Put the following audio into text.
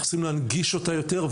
אנחנו צריכים להנגיש אותה יותר.